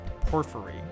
Porphyry